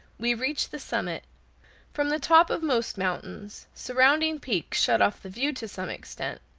we reach the summit from the top of most mountains surrounding peaks shut off the view to some extent,